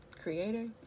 creator